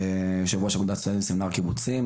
יו"ר האגודה לסטודנטים בסמינר הקיבוצים.